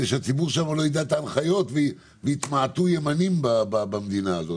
שהציבור שלנו לא ידע את ההנחיות ויתמעטו ימנים במדינה הזאת.